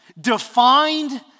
defined